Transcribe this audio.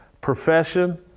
profession